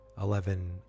Eleven